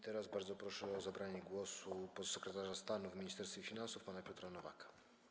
Teraz bardzo proszę o zabranie głosu podsekretarza stanu w Ministerstwie Finansów pana Piotra Nowaka.